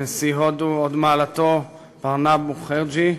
נשיא הודו, הוד מעלתו פרנב מוקהרג'י,